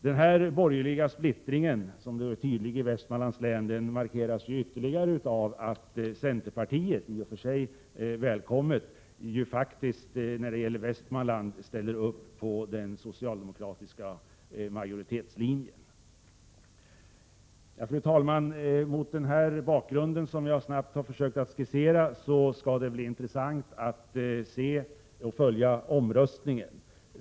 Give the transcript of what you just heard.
Den borgerliga splittringen, som är tydlig i Västmanlands län, markeras ytterligare av att centerpartiet, i och för sig välkommet, faktiskt när det gäller Västmanland ställer upp på den socialdemokratiska majoritetslinjen. Fru talman! Mot den bakgrund som jag snabbt har försökt att skissera skall det bli intressant att följa omröstningen.